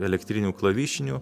elektrinių klavišinių